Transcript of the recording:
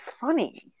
funny